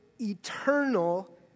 eternal